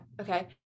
Okay